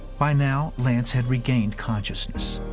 by now, lance had regained consciousness.